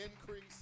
increase